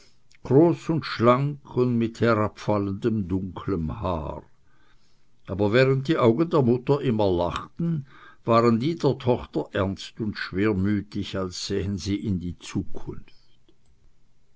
groß und schlank und mit herabfallendem dunklem haar aber während die augen der mutter immer lachten waren die der tochter ernst und schwermütig als sähen sie in die zukunft